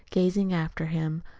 gazing after him,